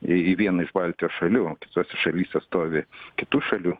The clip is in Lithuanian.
į į vieną iš baltijos šalių kitose šalyse stovi kitų šalių